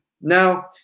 Now